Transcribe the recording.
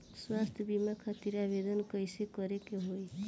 स्वास्थ्य बीमा खातिर आवेदन कइसे करे के होई?